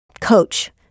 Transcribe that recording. coach